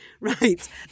Right